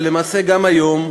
ולמעשה גם היום,